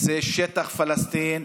חברון, זה שטח פלסטין.